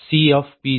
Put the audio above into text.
CPg222